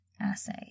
assay